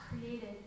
created